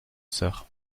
sœur